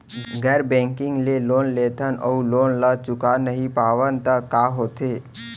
गैर बैंकिंग ले लोन लेथन अऊ लोन ल चुका नहीं पावन त का होथे?